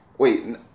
Wait